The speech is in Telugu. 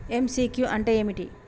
ఎమ్.సి.క్యూ అంటే ఏమిటి?